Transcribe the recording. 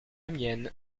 mienne